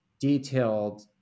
detailed